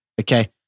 okay